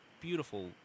beautiful